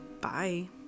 bye